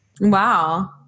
Wow